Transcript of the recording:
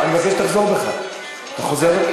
אתה חוזר?